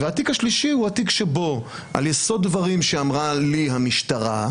והתיק השלישי הוא תיק שבו על יסוד דברים שאמרה לי המשטרה,